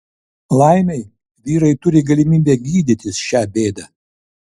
laimei vyrai turi galimybę gydytis šią bėdą